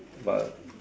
but